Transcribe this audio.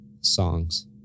songs